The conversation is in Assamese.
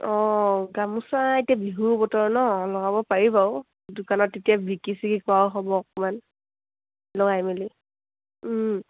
অঁ গামোচা এতিয়া বিহুৰ বতৰ ন লগাব পাৰিব বাউ দোকানত এতিয়া বিকি চিকি কৰাও হ'ব অকণমান লগাই মেলি